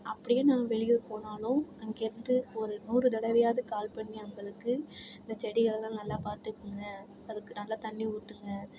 அப்படியே நான் வெளியூர் போனாலும் அங்கேருந்து ஒரு நூறு தடவையாது கால் பண்ணி அவங்களுக்கு இந்த செடிகளெல்லாம் நல்லா பார்த்துக்குங்க அதுக்கு நல்லா தண்ணி ஊற்றுங்க